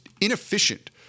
inefficient